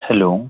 hello